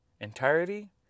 entirety